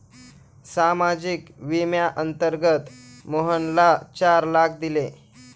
सामाजिक विम्याअंतर्गत मोहनला चार लाख दिले